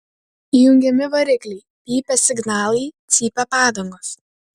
įjungiami varikliai pypia signalai cypia padangos